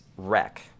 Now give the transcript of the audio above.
wreck